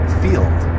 field